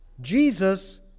Jesus